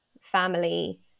family